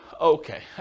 Okay